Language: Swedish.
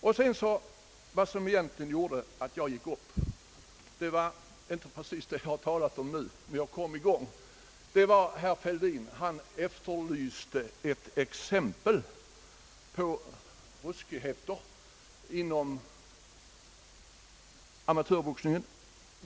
Vad som föranledde att jag begärde ordet var egentligen inte det som jag nu har talat om utan det faktum att herr Fälldin efterlyste ett exempel på ruskigheter inom =<:amatörboxningen.